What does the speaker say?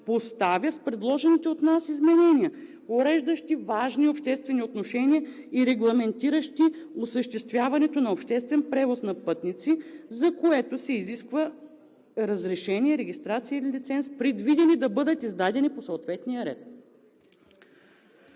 поставя с предложените от нас изменения, уреждащи и регламентиращи осъществяването на обществен превоз на пътници, за което се изисква разрешение, регистрация или лиценз, предвидени да бъдат издадени по съответния ред.